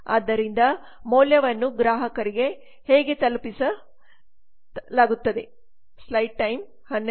ಆದ್ದರಿಂದ ಮೌಲ್ಯವನ್ನು ಗ್ರಾಹಕರಿಗೆ ಹೇಗೆ ತಲುಪಿಸಲಾಗುತ್ತದೆ